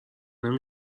نمی